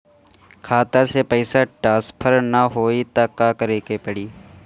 खाता से पैसा टॉसफर ना होई त का करे के पड़ी?